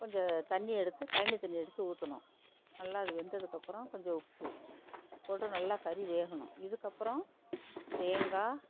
கொஞ்சம் தண்ணி எடுத்து களனி தண்ணி எடுத்து ஊற்றணும் நல்லா அது வெந்ததுக்கப்புறம் கொஞ்சம் உப்பு போட்டு நல்லா கறி வேகணும் இதுக்கப்புறம் தேங்காய்